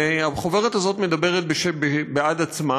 והחוברת הזאת מדברת בעד עצמה,